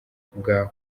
bwa